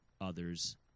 others